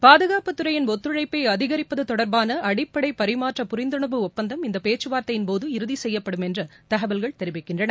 பாதுகாப்புத் துறையின் ஒத்துழைப்பை அதிகரிப்பது தொடர்பான அடிப்படை பரிமாற்ற புரிந்துணர்வு ஒப்பந்தம் இந்த பேச்சுவார்த்தையின் போது இறுதி செய்யப்படும் என்று தகவல்கள் தெரிவிக்கின்றன